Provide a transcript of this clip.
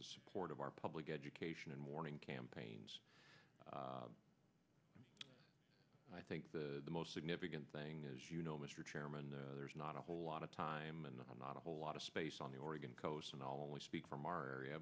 is support of our public education and morning campaigns i think the most significant thing is you know mr chairman there's not a whole lot of time and i'm not a whole lot of space on the oregon coast and i'll only speak from our area